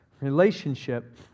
relationship